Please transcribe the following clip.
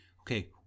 okay